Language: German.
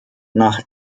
nach